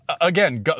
Again